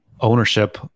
ownership